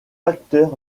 facteur